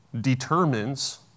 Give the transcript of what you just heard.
determines